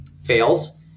fails